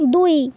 দুই